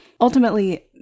Ultimately